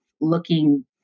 looking